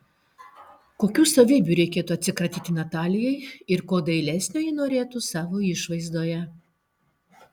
kokių savybių reikėtų atsikratyti natalijai ir ko dailesnio ji norėtų savo išvaizdoje